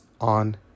on